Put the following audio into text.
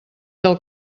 del